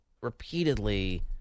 repeatedly